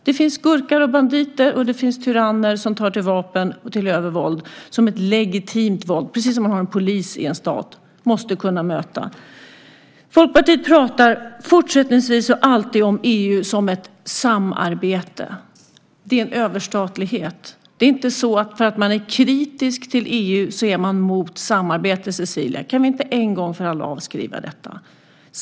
Det finns skurkar och banditer, och det finns tyranner som tar till vapen och övervåld som ett legitimt våld precis som en polis i en stat måste kunna möta det. Folkpartiet pratar fortsättningsvis och alltid om EU som ett samarbete, men det är en överstatlighet. Det är inte så att man därför att man är kritisk till EU är mot samarbete, Cecilia! Kan vi inte en gång för alla avskriva detta?